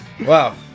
wow